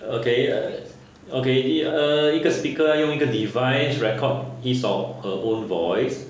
okay err okay 一 err 一个 speaker 要用一个 device record his or her own voice